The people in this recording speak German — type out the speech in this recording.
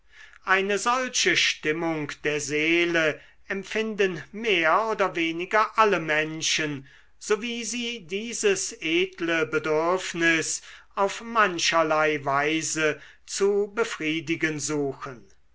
eine solche stimmung der seele empfinden mehr oder weniger alle menschen sowie sie dieses edle bedürfnis auf mancherlei weise zu befriedigen suchen